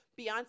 Beyonce